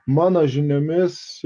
mano žiniomis